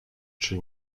czy